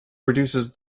reduces